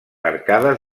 arcades